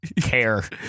care